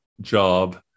job